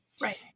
Right